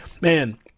man